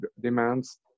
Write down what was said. demands